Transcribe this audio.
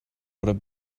oder